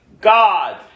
God